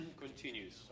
continues